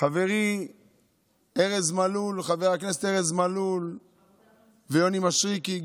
חבריי חברי הכנסת ארז מלול ויוני מישרקי,